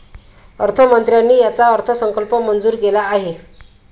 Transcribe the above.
अर्थमंत्र्यांनी याचा अर्थसंकल्प मंजूर केला आहे